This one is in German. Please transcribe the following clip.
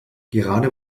gerade